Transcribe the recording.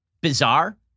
bizarre